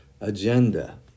agenda